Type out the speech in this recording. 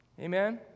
Amen